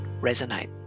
resonate